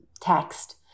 text